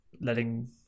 letting